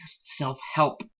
self-help